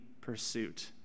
pursuit